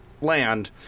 land